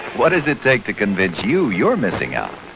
what does it take to convince you you're missing out?